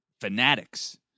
fanatics